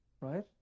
right